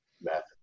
method